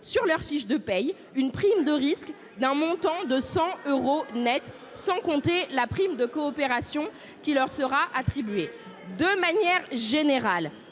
sur leur fiche de paye, une prime de risque d'un montant de 100 euros nets, sans compter la prime de coopération qui leur sera attribuée. De manière générale,